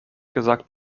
gesagt